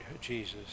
Jesus